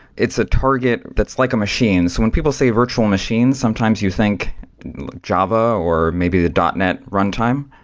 it's a target that's like a machine. so when people say virtual machine, sometimes you think java or maybe the dot net runtime,